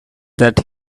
that